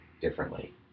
differently